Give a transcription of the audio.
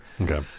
Okay